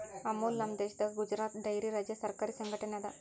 ಅಮುಲ್ ನಮ್ ದೇಶದ್ ಗುಜರಾತ್ ಡೈರಿ ರಾಜ್ಯ ಸರಕಾರಿ ಸಂಘಟನೆ ಅದಾ